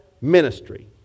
ministry